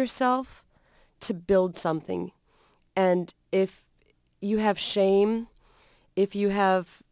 yourself to build something and if you have shame if you have